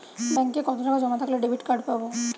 ব্যাঙ্কে কতটাকা জমা থাকলে ডেবিটকার্ড পাব?